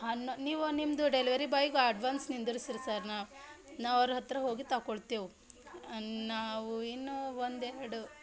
ಹಾಂ ನ ನೀವು ನಿಮ್ಮದು ಡೆಲಿವರಿ ಬಾಯ್ಗೆ ಅಡ್ವಾನ್ಸ್ ನಿಂದಿರ್ಸ್ರಿ ಸರ್ ನಾವು ಅವ್ರ ಹತ್ತಿರ ಹೋಗಿ ತಕೊಳ್ತೇವೆ ನಾವು ಇನ್ನೂ ಒಂದು ಎರಡು